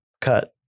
cut